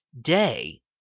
day